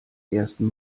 ersten